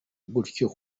gutyo